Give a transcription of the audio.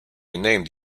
renamed